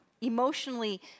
Emotionally